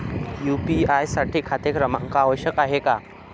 UPI साठी खाते क्रमांक आवश्यक आहे का?